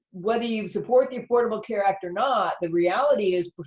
whether you support the affordable care act or not, the reality is,